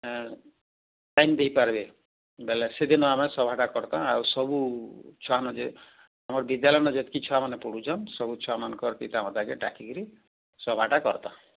sign ଦେଇପାରିବେ ବେଲେ ସେଦିନ ଆମେ ସଭାକା କରତ୍ ଆଉ ସବୁ ଛୁଆନ ଯେ ଆମ ବିଦ୍ୟାଳୟନ ଯେତିକି ଛୁଆମାନେ ପଢୁଛନ ସବୁ ଛୁଆ ମାନଙ୍କର ପିତାମାତାକେ ଡାକିକିରି ସଭାଟା କରବା